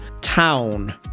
town